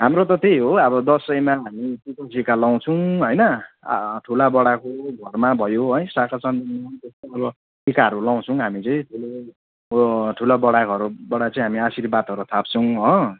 हाम्रो त त्यही हो अब दसैँमा हामी सेतो टिका लगाउँछौँ होइन अँ ठुलाबडाको घरमा भयो है शाखासन्तानमा अब टिकाहरू लगाउँछौँ हामी चाहिँ ठुलो ठुलोबडाहरूबाट चाहिँ हामी आशीर्वादहरू थाप्छौँ हो